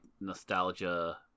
nostalgia